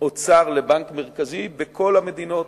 האוצר לבנק המרכזי בכל המדינות,